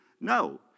No